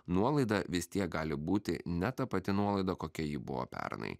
nuolaida vis tiek gali būti ne ta pati nuolaida kokia ji buvo pernai